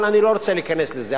אבל אני לא רוצה להיכנס לזה.